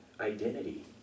identity